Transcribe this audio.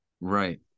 Right